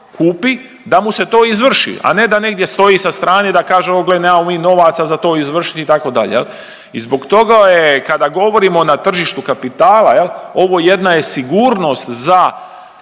kupi da mu se to izvrši, a ne da negdje stoji sa strane i da kaže on, a gle nemamo mi novaca za to izvršiti itd. jel. I zbog toga kada govorimo na tržištu kapitala ovo jedna je sigurnost za